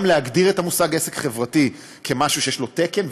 גם להגדיר את המושג עסק חברתי כמשהו שיש לו תקן,